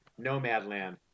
Nomadland